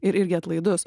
ir irgi atlaidus